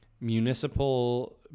municipal